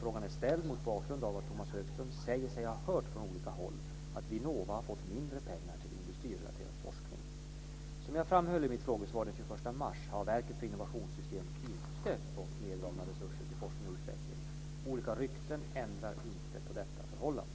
Frågan är ställd mot bakgrund av att Tomas Högström säger sig ha hört från olika håll att Vinnova har fått mindre pengar till industrirelaterad forskning. Som jag framhöll i mitt frågesvar den 21 mars har Verket för innovationssystem inte fått neddragna resurser till forskning och utveckling. Olika rykten ändrar inte på detta förhållande.